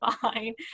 fine